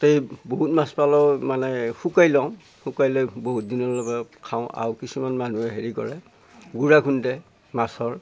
গোটেই বহুত মাছ পালেও মানে শুকাই লওঁ শুকাই লৈ বহুত দিনলৈকে খাওঁ আৰু কিছুমান মানুহে হেৰি কৰে গুৰা খুন্দে মাছৰ